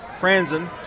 Franzen